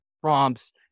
prompts